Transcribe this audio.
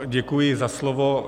Děkuji za slovo.